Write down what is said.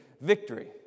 victory